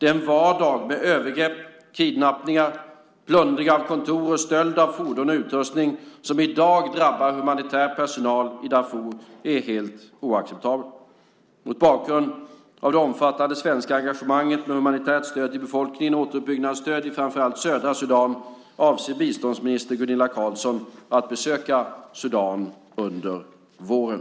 Den vardag med övergrepp, kidnappningar, plundring av kontor och stöld av fordon och utrustning som i dag drabbar humanitär personal i Darfur är helt oacceptabel. Mot bakgrund av det omfattande svenska engagemanget med humanitärt stöd till befolkningen och återuppbyggnadsstöd i framför allt södra Sudan avser biståndsminister Gunilla Carlsson att besöka Sudan under våren.